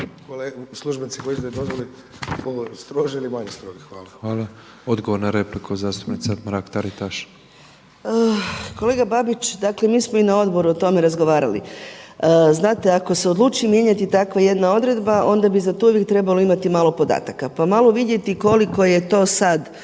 … koji izdaju dozvole stroži i manje strogi. Hvala. **Petrov, Božo (MOST)** Odgovor na repliku, zastupnica Mrak-Taritaš. **Mrak-Taritaš, Anka (HNS)** Kolega Babić, dakle mi smo i na odboru o tome razgovarali. Znate ako se odluči mijenjati takva jedna odredba onda bi za to uvijek trebalo imati malo podataka. Pa malo vidjeti koliko je to sad